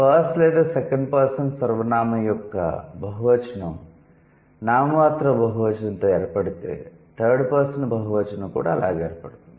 first లేదా second person సర్వనామం యొక్క బహువచనం నామమాత్రపు బహువచనంతో ఏర్పడితే థర్డ్ పర్సన్ బహువచనం కూడా అలాగే ఏర్పడుతుంది